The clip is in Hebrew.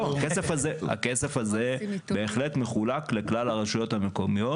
הכסף הזה בהחלט מחולק לכלל הרשויות המקומיות